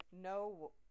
no